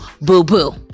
Boo-boo